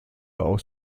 aus